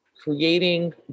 creating